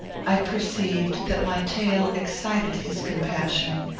i perceived that my tale excited his compassion,